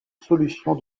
solution